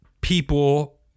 people